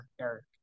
Eric